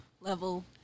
level